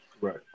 right